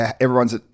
everyone's